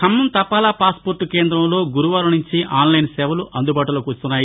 ఖమ్మం తపాలా పాస్పోర్టు కేందంలో గురువారం నుంచి ఆన్లైన్ సేవలు అందుబాటులోకి రానున్నాయి